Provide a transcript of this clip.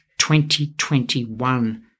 2021